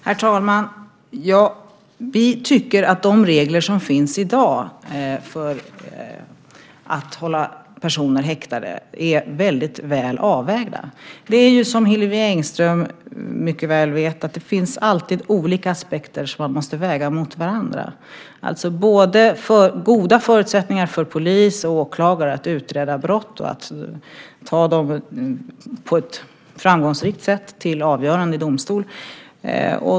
Herr talman! Vi tycker att de regler som finns i dag för att hålla personer häktade är väldigt väl avvägda. Som Hillevi Engström mycket väl vet finns det alltid olika aspekter som man måste väga mot varandra - alltså goda förutsättningar för polis och åklagare att utreda brott och att på ett framgångsrikt sätt ta dem till avgörande i domstol.